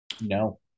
no